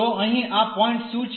તો અહીં આ પોઈન્ટ શું છે